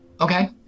Okay